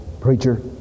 Preacher